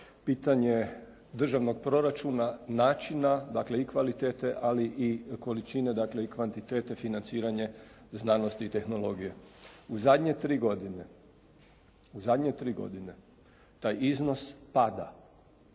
pitanje državnog proračun, načina dakle i kvalitete, ali i količine dakle i kvantitete financiranje znanosti i tehnologije. U zadnje tri godine taj iznos pada,